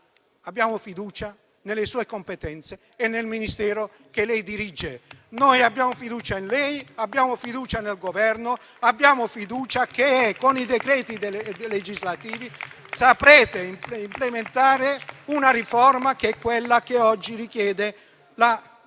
abbiamo fiducia nelle sue competenze e nel Ministero che lei dirige. Abbiamo fiducia in lei, abbiamo fiducia nel Governo, abbiamo fiducia che con i decreti legislativi saprete implementare una riforma che è quella che oggi richiede la nostra